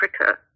Africa